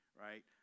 right